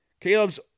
Caleb's